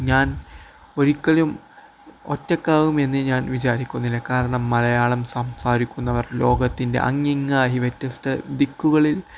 ഞാൻ ഒരിക്കലും ഒറ്റയ്ക്കാകുമെന്ന് ഞാൻ വിചാരിക്കുന്നില്ല കാരണം മലയാളം സംസാരിക്കുന്നവർ ലോകത്തിൻ്റെ അങ്ങിങ്ങായി വ്യത്യസ്ത ദിക്കുകളിൽ